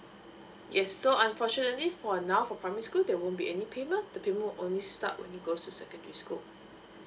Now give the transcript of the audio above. yes so unfortunately for now for primary school there won't be any payment the payment will only start when he goes to secondary school